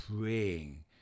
praying